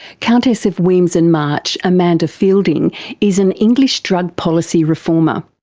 countess of wemyss and march amanda feilding is an english drug policy reformer.